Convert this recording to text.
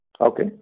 Okay